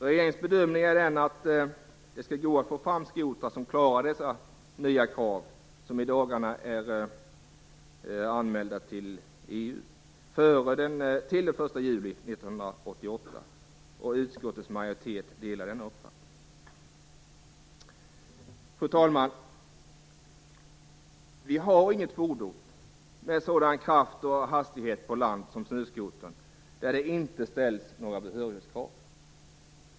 Regeringen bedömer att det skall gå att till den 1 juli 1998 få fram skotrar som klarar de nya krav som i dagarna är anmälda till EU. Utskottets majoritet delar denna uppfattning. Fru talman! Det finns inget fordon med samma kraft och hastighet på land som snöskotern på vilket det inte ställs några behörighetskrav.